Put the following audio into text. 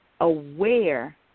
aware